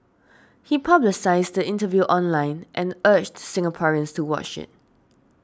he publicised the interview online and urged Singaporeans to watch it